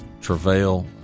travail